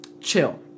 chill